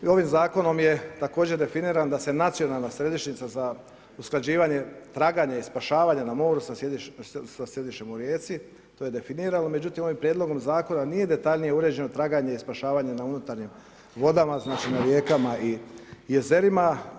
I ovim zakonom je također definiran da se nacionalna središnjica za usklađivanje, traganje i spašavanje na moru, sa sjedištem u Rijeci, to je definiralo, međutim, ovim prijedlogom zakona, nije detaljnije uređeno traganje i spašavanje na unutarnjim vodama, znači na rijekama i jezerima.